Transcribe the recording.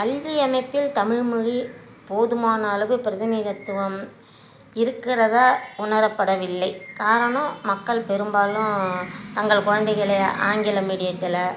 கல்வி அமைப்பில் தமிழ்மொழி போதுமான அளவு பிரதிநிதித்துவம் இருக்கிறதாக உணரப்படவில்லை காரணம் மக்கள் பெரும்பாலும் தங்கள் குழந்தைகளை ஆங்கிலம் மீடியத்தில்